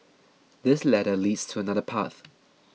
this ladder leads to another path